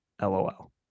LOL